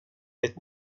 vet